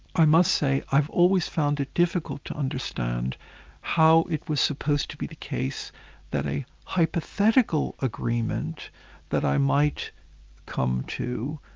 i must say i've always found it difficult to understand how it was supposed to be the case that a hypothetical agreement that i might come to,